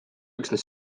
üksnes